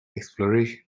exploration